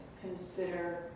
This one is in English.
consider